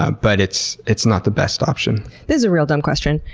ah but it's it's not the best option. this is a real dumb question.